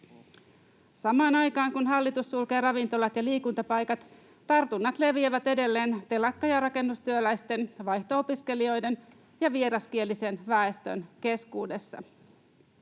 Samaan aikaan kun hallitus sulkee ravintolat ja liikuntapaikat, tartunnat leviävät edelleen telakka‑ ja rakennustyöläisten, vaihto-opiskelijoiden ja vieraskielisen väestön keskuudessa.